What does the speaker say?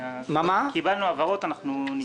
קיבלנו הבהרות, אנחנו נתייחס.